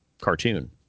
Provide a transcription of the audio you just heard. cartoon